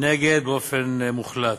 נגד באופן מוחלט.